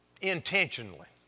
intentionally